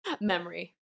memory